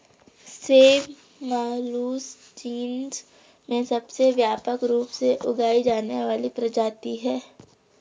सेब Malus genus में सबसे व्यापक रूप से उगाई जाने वाली प्रजाति है